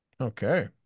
Okay